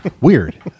weird